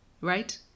right